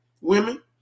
women